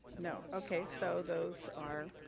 no, okay, so those are,